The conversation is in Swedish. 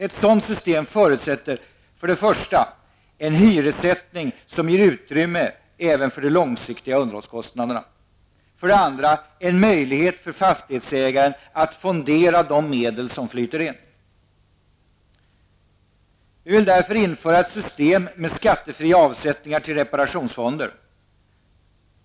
Ett sådant system förutsätter för det första en hyressättning som ger utrymme även för de långsiktiga underhållskostnaderna och för det andra en möjlighet för fastighetsägaren att fondera de medel som flyter in. Vi vill därför införa ett system med skattefria avsättningar till reparationsfonder.